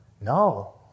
no